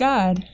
God